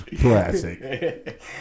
Classic